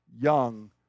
young